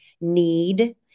need